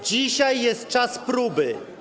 Dzisiaj jest czas próby.